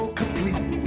complete